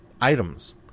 items